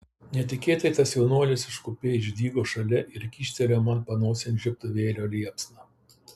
netikėtai tas jaunuolis iš kupė išdygo šalia ir kyštelėjo man panosėn žiebtuvėlio liepsną